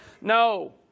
no